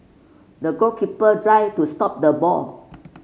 the goalkeeper dived to stop the ball